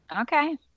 Okay